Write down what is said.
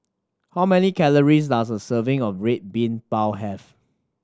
how many calories does a serving of Red Bean Bao have